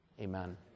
Amen